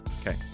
Okay